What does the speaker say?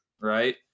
right